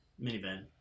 Minivan